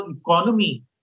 economy